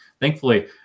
Thankfully